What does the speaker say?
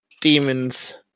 demons